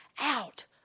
out